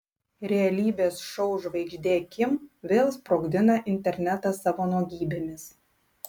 realybės šou žvaigždė kim vėl sprogdina internetą savo nuogybėmis